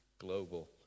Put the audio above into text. global